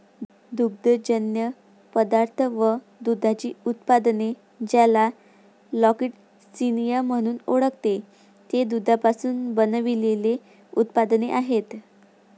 दुग्धजन्य पदार्थ व दुधाची उत्पादने, ज्याला लॅक्टिसिनिया म्हणून ओळखते, ते दुधापासून बनविलेले उत्पादने आहेत